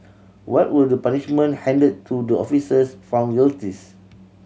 what were the punishment handed to the officers found guilty